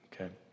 Okay